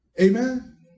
Amen